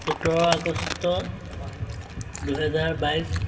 সোতৰ আগষ্ট দুহেজাৰ বাইছ